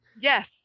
Yes